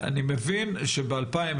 אני מבין שב-2021,